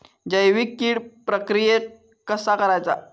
जैविक कीड प्रक्रियेक कसा करायचा?